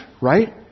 right